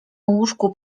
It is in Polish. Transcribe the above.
łóżku